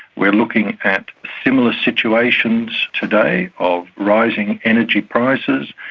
we're looking at similar situations today of rising energy prices,